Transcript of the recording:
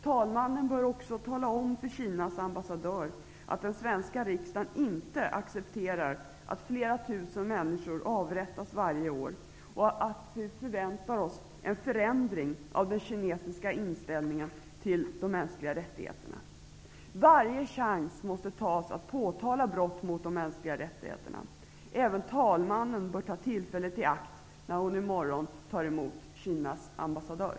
Talmannen bör också tala om för Kinas ambassadör att den svenska riksdagen inte accepterar att flera tusen människor avrättas varje år och att vi förväntar oss en förändring av den kinesiska inställningen till de mänskliga rättigheterna. Varje chans måste tas för att påtala brott mot de mänskliga rättigheterna. Även talmannen bör ta tillfället i akt när hon i morgon tar emot Kinas ambassadör.